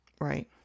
Right